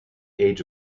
age